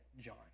John